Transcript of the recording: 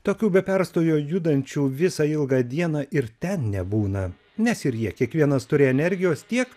tokių be perstojo judančių visą ilgą dieną ir ten nebūna nes ir jie kiekvienas turi energijos tiek